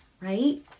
right